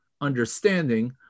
understanding